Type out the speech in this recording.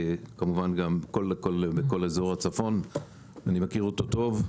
וכמובן גם כל אזור הצפון אני מכיר אותו טוב,